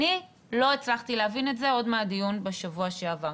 אני לא הצלחתי להבין את זה עוד מהדיון בשבוע שעבר.